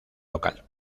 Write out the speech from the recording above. local